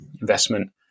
investment